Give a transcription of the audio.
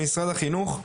למשרד החינוך,